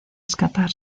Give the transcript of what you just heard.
escapar